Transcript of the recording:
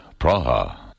Praha